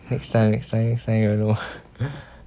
next time next time next time you'll know ah